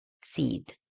seed